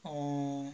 oo